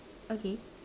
okay